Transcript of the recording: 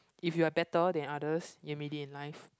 if you are better than others you made it in life